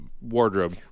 wardrobe